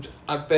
just